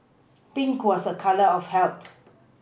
Pink was a colour of health